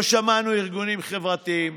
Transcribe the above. לא שמענו ארגונים חברתיים,